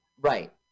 right